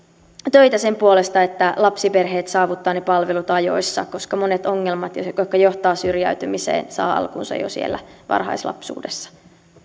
töitä sen puolesta että lapsiperheet saavuttavat ne palvelut ajoissa koska monet ongelmat jotka johtavat syrjäytymiseen saavat alkunsa jo siellä varhaislapsuudessa